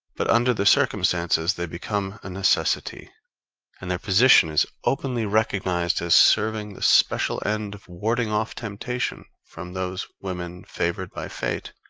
but under the circumstances they become a necessity and their position is openly recognized as serving the special end of warding off temptation from those women favored by fate,